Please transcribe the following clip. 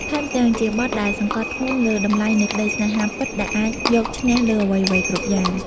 ថែមទាំងជាបទដែលសង្កត់ធ្ងន់លើតម្លៃនៃក្តីស្រឡាញ់ពិតដែលអាចយកឈ្នះលើអ្វីៗគ្រប់យ៉ាង។